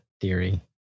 theory